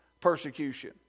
persecution